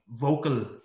vocal